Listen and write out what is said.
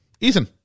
Ethan